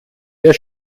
der